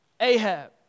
Ahab